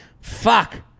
fuck